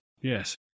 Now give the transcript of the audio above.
Yes